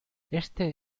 este